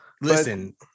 listen